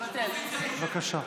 האופוזיציה מושכת.